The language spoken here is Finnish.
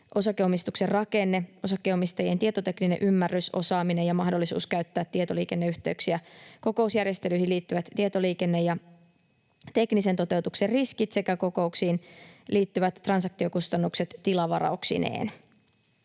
osakeomistuksen rakenne, osakkeenomistajien tietotekninen ymmärrys, osaaminen ja mahdollisuus käyttää tietoliikenneyhteyksiä, kokousjärjestelyihin liittyvät tietoliikenne- ja teknisen toteutuksen riskit sekä kokouksiin liittyvät transaktiokustannukset tilavarauksineen.